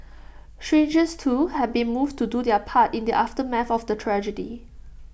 strangers too have been moved to do their part in the aftermath of the tragedy